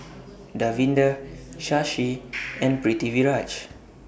Davinder Shashi and Pritiviraj